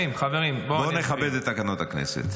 בואו נכבד את תקנון הכנסת.